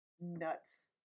nuts